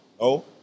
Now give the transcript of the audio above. No